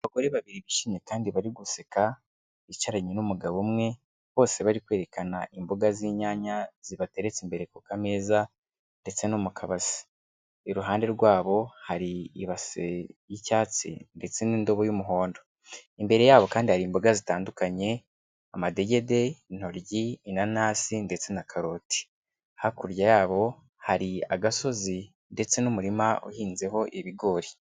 Abagore babiri bishimye kandi bari guseka, bicaranye n'umugabo umwe, bose bari kwerekana imboga z'inyanya zibateretse imbere ku kameza, ndetse no mu kabase. Iruhande rwabo hari ibase y'icyatsi ndetse n'indobo y'umuhondo. Imbere yabo kandi hari imboga zitandukanye. Amadegede, intoryi, inanasi ndetse na karoti. Hakurya yabo hari agasozi ndetse n'umurima uhinzeho ibigori.